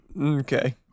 Okay